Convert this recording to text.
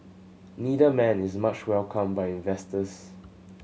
neither man is much welcomed by investors